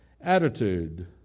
attitude